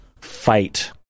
fight